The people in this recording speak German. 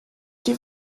die